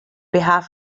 behalf